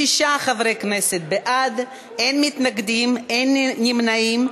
66 חברי כנסת בעד, אין מתנגדים, אין נמנעים.